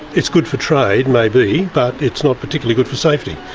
it's good for trade, maybe, but it's not particularly good for safety,